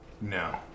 No